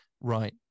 right